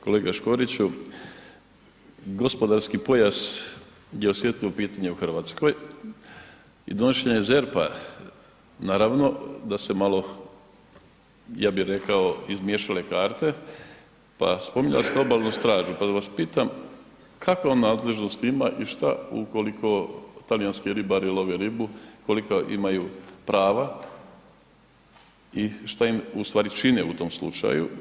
Kolega Škorići, gospodarski pojas je osjetljivo pitanje u Hrvatskoj i donošenjem ZERP-a da se malo ja bih rekao izmiješale karte, pa spominjali ste obalnu stražu pa vas pitam kakvu ona nadležnost ima i šta ukoliko talijanski ribari love ribu kolika imaju prava i šta im čine u tom slučaju?